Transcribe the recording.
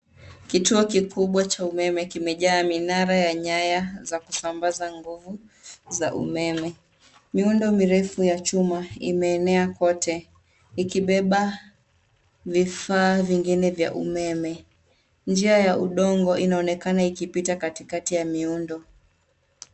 Kituo kikubwa cha umeme kimejaa minara ya nyaya za kusambaza nguvu za umeme. Miundo mirefu ya chuma imeenea kote ikibeba vifaa vingine vya umeme. Njia ya udongo inaonekana ikipita katikati ya miundo.